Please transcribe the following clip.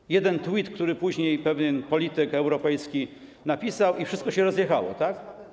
Był jeden tweet, który później pewien polityk europejski napisał, i wszystko się rozjechało, tak?